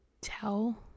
tell